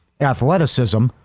athleticism